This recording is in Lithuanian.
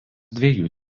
dviejų